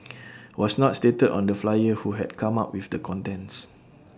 was not stated on the flyer who had come up with the contents